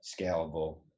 scalable